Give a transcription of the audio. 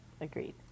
agreed